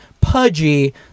pudgy